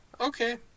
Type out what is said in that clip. Okay